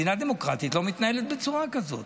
מדינה דמוקרטית לא מתנהלת בצורה כזאת.